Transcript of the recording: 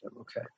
Okay